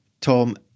Tom